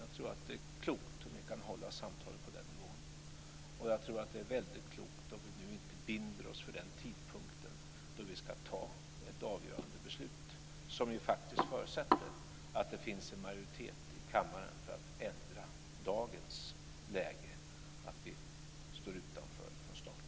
Jag tror att det är klokt om vi kan hålla samtalet på den nivån. Och jag tror att det är väldigt klokt om vi inte nu binder oss för den tidpunkt då vi ska fatta ett avgörande beslut, som ju faktiskt förutsätter att det finns en majoritet i kammaren för att ändra dagens läge, att vi står utanför från start.